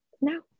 No